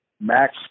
Max